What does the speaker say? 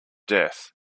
death